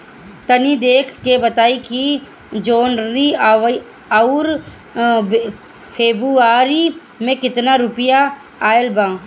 तनी देख के बताई कि जौनरी आउर फेबुयारी में कातना रुपिया आएल बा?